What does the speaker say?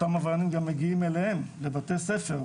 אותם עבריינים גם מגיעים אליהם לבתי ספר.